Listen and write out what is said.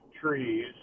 trees